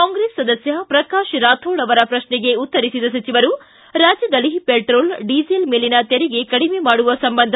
ಕಾಂಗ್ರೆಸ್ ಸದಸ್ಯ ಪ್ರಕಾಶ್ ರಾಥೋಡ್ ಅವರ ಪ್ರತ್ನೆಗೆ ಉತ್ತರಿಸಿದ ಸಚಿವರು ರಾಜ್ಯದಲ್ಲಿ ಪೆಟ್ರೋಲ್ ಡೀಸೆಲ್ ಮೇಲಿನ ತೆರಿಗೆ ಕಡಿಮೆ ಮಾಡುವ ಸಂಬಂಧ